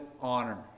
honor